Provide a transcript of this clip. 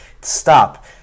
stop